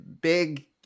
big